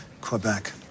Quebec